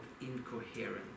incoherent